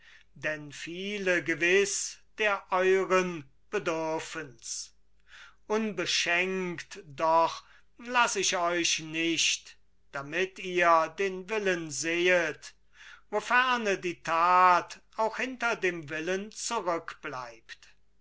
denn viele gewiß der euren bedürfen's unbeschenkt doch laß ich euch nicht damit ihr den willen sehet woferne die tat auch hinter dem willen zurückbleibt